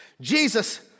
Jesus